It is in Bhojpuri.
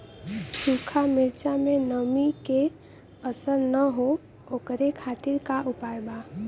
सूखा मिर्चा में नमी के असर न हो ओकरे खातीर का उपाय बा?